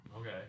Okay